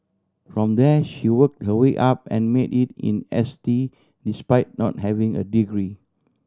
from there she worked her way up and made it in S T despite not having a degree